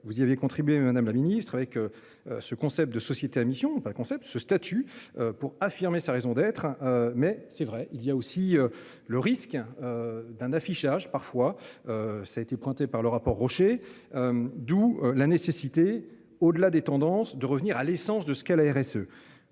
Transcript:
vous y avez contribué. Madame la ministre avec. Ce concept de société à mission par concept ce statut pour affirmer sa raison d'être. Mais c'est vrai il y a aussi le risque. D'un affichage parfois. Ça a été pointé par le rapport Rocher. D'où la nécessité au-delà des tendances de revenir à l'essence de ce qu'est la RSE.